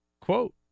quote